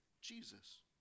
Jesus